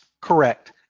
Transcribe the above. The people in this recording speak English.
correct